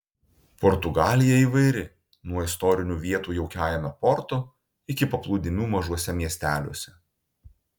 portugalija įvairi nuo istorinių vietų jaukiajame porto iki paplūdimių mažuose miesteliuose